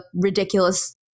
ridiculous